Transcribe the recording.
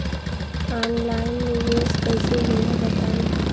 Online निवेस कइसे होला बताईं?